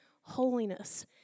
holiness